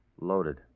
Loaded